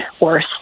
worse